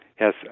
Yes